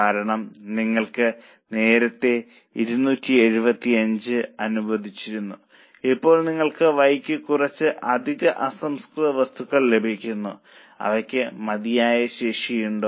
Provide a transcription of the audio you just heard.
കാരണം നിങ്ങൾക്ക് നേരത്തെ 275 അനുവദിച്ചിരുന്നു ഇപ്പോൾ നിങ്ങൾക്ക് Y യ്ക്ക് കുറച്ച് അധിക അസംസ്കൃത വസ്തുക്കൾ ലഭിക്കുന്നു അവയ്ക്ക് മതിയായ ശേഷിയുണ്ടോ